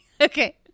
Okay